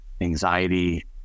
anxiety